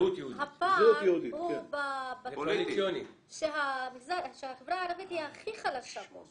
הפער הוא בכספים שהחברה הערבית היא הכי חלשה פה,